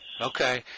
Okay